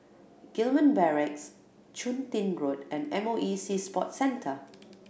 Gillman Barracks Chun Tin Road and M O E Sea Sports Centre